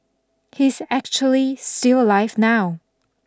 he's actually still alive now